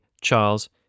Charles